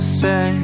say